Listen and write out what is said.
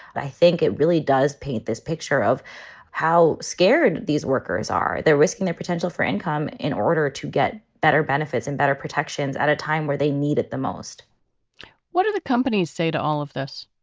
i think it really does paint this picture of how scared these workers are. they're risking their potential for income in order to get better benefits and better protections at a time where they need it the most what are the companies say to all of this?